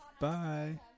Bye